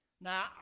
Now